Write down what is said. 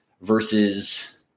versus